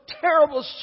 terrible